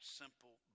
simple